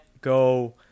go